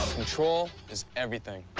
control is everything.